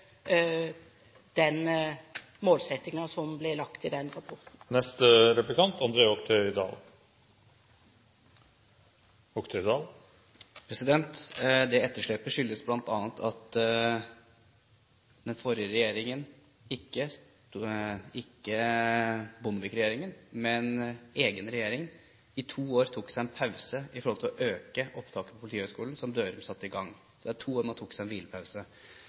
som ble lagt i den rapporten. Det etterslepet skyldes bl.a. at den forrige regjeringen – ikke Bondevik-regjeringen, men egen regjering – i to år tok en pause med hensyn til økningen i opptaket til Politihøgskolen som daværende justisminister Dørum satte i gang. I to år tok man seg